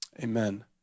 Amen